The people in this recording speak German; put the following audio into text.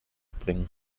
bringen